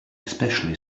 especially